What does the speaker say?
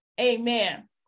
Amen